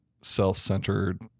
self-centered